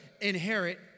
inherit